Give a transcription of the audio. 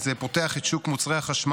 בבקשה, אדוני השר,